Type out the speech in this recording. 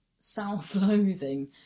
self-loathing